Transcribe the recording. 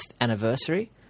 anniversary